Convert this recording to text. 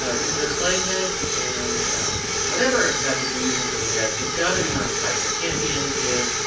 yeah this is a clay head. and whatever method you're using for the head, it's got to be on tight. there can't be any give.